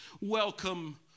Welcome